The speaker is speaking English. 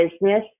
business